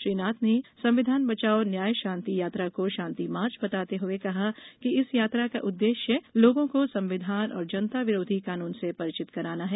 श्री नाथ ने संविधान बचाओ न्याय शांति यात्रा को शांति मार्च बताते हुए कहा कि इस यात्रा का उद्देश्य लोगों को संविधान और जनता विरोधी कानून से परिचित कराना है